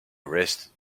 arrested